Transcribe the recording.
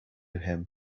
him